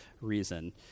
reason